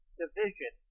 division